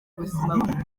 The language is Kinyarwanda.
buzima